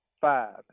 five